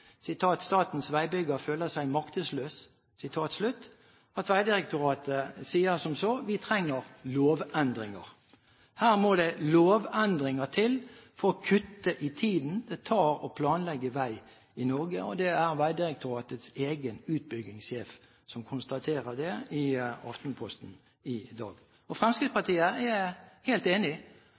veibygger føler seg maktesløs» at Vegdirektoratet sier: Vi trenger lovendringer. Her må det lovendringer til for å kutte i tiden det tar å planlegge vei i Norge. Det er Vegdirektoratets egen utbyggingssjef som konstaterer det i Aftenposten i dag. Fremskrittspartiet er helt enig.